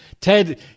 Ted